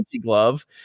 glove